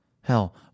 hell